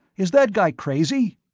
is that guy crazy?